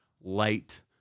light